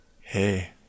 Hey